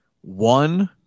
One